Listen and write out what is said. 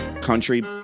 country